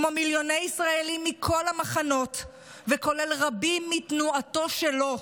כמו מיליוני ישראלים מכל המחנות וכולל רבים מתנועתו שלו,